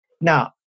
Now